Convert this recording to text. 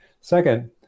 second